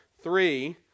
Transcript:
Three